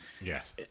Yes